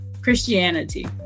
christianity